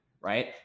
Right